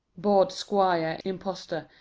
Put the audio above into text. bawd, squire, impostor,